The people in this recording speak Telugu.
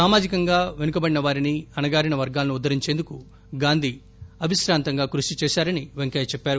సామాజికంగా పెనకబడిన వారిని అణగారిన వర్గాలను ఉద్దరించేందుకు గాంధీ అవిశ్రాంతంగా కృషి చేశారని వెంకయ్య చెప్పారు